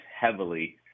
heavily